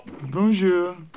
Bonjour